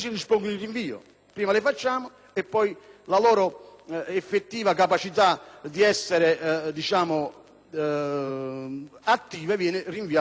(prima si approvano e poi la loro effettiva capacità di essere attive viene rinviata nel tempo).